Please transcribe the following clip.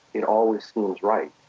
it always seems right.